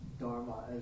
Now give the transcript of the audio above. dharma